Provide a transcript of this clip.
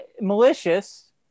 malicious